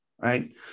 right